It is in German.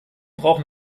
brauchen